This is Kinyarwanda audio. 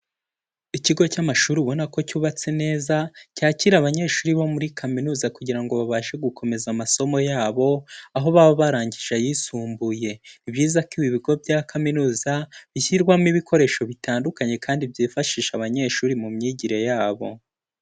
Ikigo cy'amashuri ubona ko cyubatse neza, cyakira abanyeshuri bo muri kaminuza kugira ngo babashe gukomeza amasomo yabo, aho baba barangije ayisumbuye. Ni byiza ko ibi bigo bya kaminuza, bishyirwamo ibikoresho bitandukanye kandi byifashisha abanyeshuri mu myigire yabo.